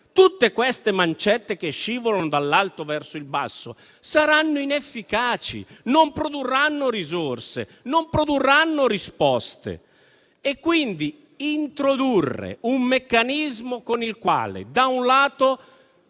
tutte le mancette che scivolano dall'alto verso il basso saranno inefficaci, non produrranno risorse, non produrranno risposte. Bisognerebbe, quindi, introdurre un meccanismo con il quale, da un lato,